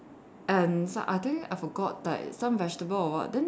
and some I think I forgot like some vegetable or what then